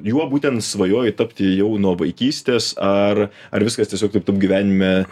juo būtent svajojai tapti jau nuo vaikystės ar ar viskas tiesiog taip tam gyvenime